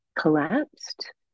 collapsed